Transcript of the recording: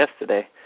yesterday